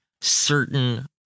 certain